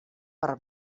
per